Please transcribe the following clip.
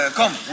come